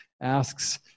asks